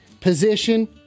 position